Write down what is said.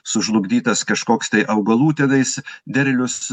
sužlugdytas kažkoks tai augalų tenais derlius